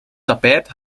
tapijt